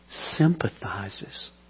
sympathizes